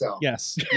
Yes